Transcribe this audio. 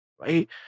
Right